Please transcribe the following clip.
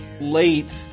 late